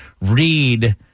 read